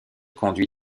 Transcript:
conduit